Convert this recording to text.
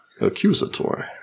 accusatory